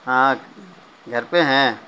ہاں گھر پہ ہیں